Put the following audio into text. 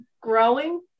growing